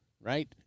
right